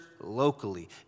locally